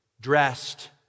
dressed